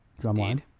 Drumline